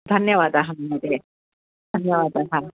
धन्यवादाः महोदये धन्यवादाः